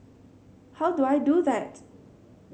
how do I do that